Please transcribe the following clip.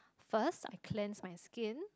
first I cleanse my skin